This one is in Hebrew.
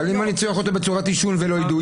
אבל אם אני צריך אותו בצורת עישון ולא אידוי?